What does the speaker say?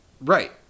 right